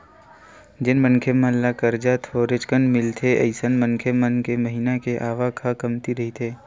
जेन मनखे मन ल करजा थोरेकन मिलथे अइसन मनखे मन के महिना के आवक ह कमती रहिथे